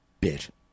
bit